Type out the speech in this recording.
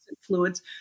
fluids